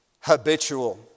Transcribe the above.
habitual